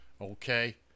okay